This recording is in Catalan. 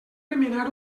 remenar